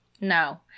no